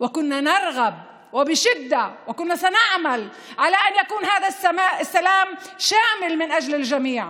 וכולנו קרובים וכולנו נפעל כדי שהשלום הזה יהיה כולל למען כולם,